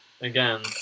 again